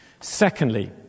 secondly